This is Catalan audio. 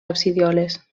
absidioles